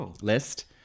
list